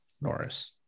Norris